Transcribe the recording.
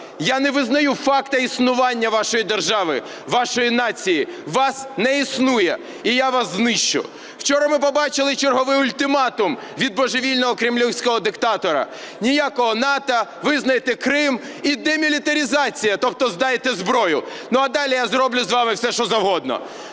"Я не визнаю факту існування вашої держави, вашої нації, вас не існує, і я вас знищу". Вчора ми побачили черговий ультиматум від божевільного кремлівського диктатора: ніякого НАТО, визнайте Крим і демілітаризація, тобто здайте зброю, ну, а далі я зроблю з вами все, що завгодно.